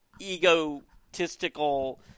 egotistical